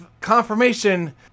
confirmation